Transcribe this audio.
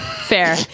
Fair